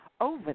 over